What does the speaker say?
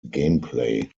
gameplay